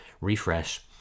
refresh